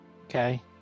Okay